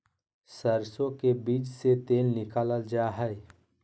सरसो के बीज से तेल निकालल जा हई